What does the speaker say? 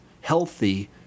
healthy